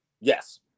yes